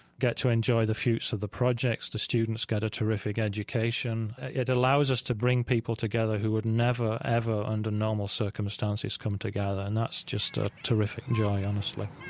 get to enjoy the fruits of the projects the students get a terrific education. it allows us to bring people together who would never, ever under normal circumstances come together. and that's just a terrific joy, honestly